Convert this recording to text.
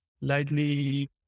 lightly